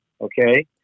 Okay